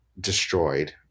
destroyed